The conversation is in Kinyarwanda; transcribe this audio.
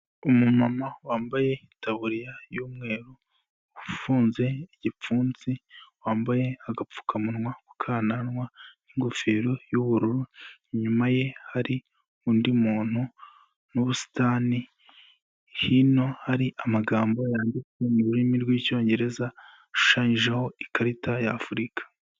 Umumama wambaye itaburiya y'umweru, ufunze igipfunsi, wambaye agapfukamunwa ku kananwa n'ingofero y'ubururu, inyuma ye hari undi muntu n'ubusitani, hino hari amagambo yanditse mu rurimi rw'Icyongereza hashushanyijeho ikarita ya Afurika.